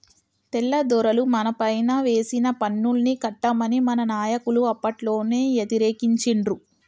తెల్లదొరలు మనపైన వేసిన పన్నుల్ని కట్టమని మన నాయకులు అప్పట్లోనే యతిరేకించిండ్రు